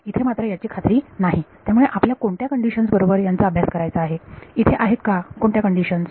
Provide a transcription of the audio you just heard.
इथे मात्र याची खात्री नाही त्यामुळे आपल्या कोणत्या कंडिशन्स बरोबर यांचा अभ्यास करायचा आहे इथे आहेत का कोणत्या कंडिशन्स